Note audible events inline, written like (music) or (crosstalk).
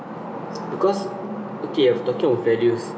(noise) because okay talking about values